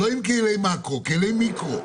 לא עם כלים מקרו, כלים מיקרו.